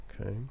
okay